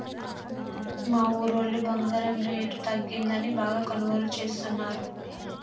మా ఊరోళ్ళు బంగారం రేటు తగ్గిందని బాగా కొనుగోలు చేస్తున్నరు